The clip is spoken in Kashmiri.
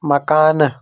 مکانہٕ